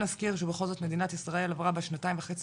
כן אזכיר שבכל זאת מדינת ישראל עברה בשנתיים וחצי